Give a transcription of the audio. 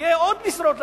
שיהיו עוד משרות לאנשינו.